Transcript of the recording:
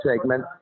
segment